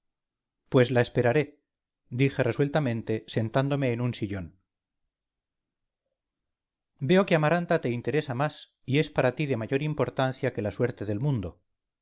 pues la esperaré dije resueltamente sentándome en un sillón veo que amaranta te interesa más y es para ti de mayor importancia que la suerte del mundo